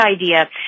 idea